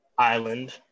Island